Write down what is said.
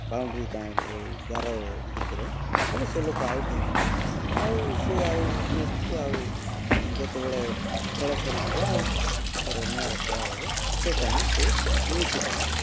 boundary ତାଙ୍କର ଯେ ଗାର ଭିତରେ ବୋଲ ସେ ଲୋକ ଆଉଟ୍ ହୋଇଯିବ ଆଉ ସିଏ ଆଉ ନେକ୍ସଟ୍କୁ ଆଉ ଯେତେବେଳେ ଖେଳ ସରିଯିବ ଆଉ ଥରେ ନୂଆରେ ଖେଳ ହେବ ସେ ଟାଇମ୍ରେ ସିଏ ମିଶିପାରେ